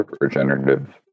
regenerative